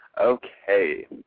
Okay